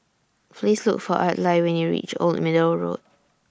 Please Look For Adlai when YOU REACH Old Middle Road